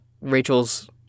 rachel's